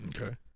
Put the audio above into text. Okay